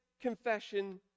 confession